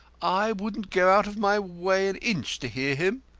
i wouldn't go out of my way an inch to hear him,